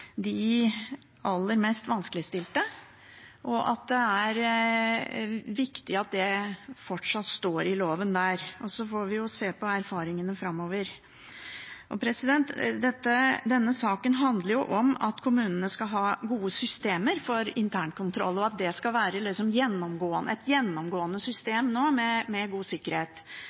de aller mest vanskeligstilte, og at det er viktig at det fortsatt står i loven. Så får vi se på erfaringene framover. Denne saken handler om at kommunene skal ha gode systemer for internkontroll, og at det skal være et gjennomgående system med god sikkerhet.